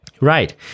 Right